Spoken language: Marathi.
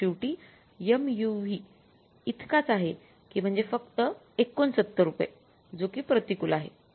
तर शेवटी MUV इतकाच आहे की म्हणजे फक्त 69 रुपये जो कि प्रतिकूल आहे